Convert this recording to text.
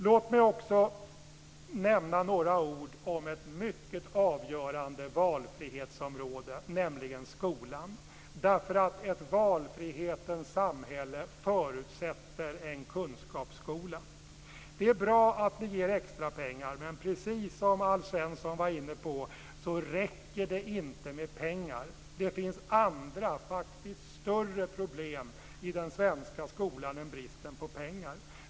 Låt mig också säga några ord om ett mycket avgörande valfrihetsområde, nämligen skolan. Ett valfrihetens samhälle förutsätter en kunskapsskola. Det är bra att ni ger extrapengar. Men precis som Alf Svensson var inne på räcker det inte med pengar. Det finns andra, större problem i den svenska skolan än bristen på pengar.